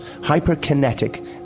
hyperkinetic